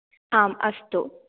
आम् अस्तु